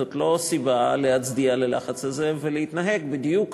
זו לא סיבה להצדיע ללחץ הזה ולהתנהג בדיוק